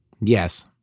Yes